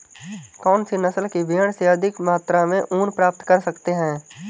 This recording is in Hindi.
कौनसी नस्ल की भेड़ से अधिक मात्रा में ऊन प्राप्त कर सकते हैं?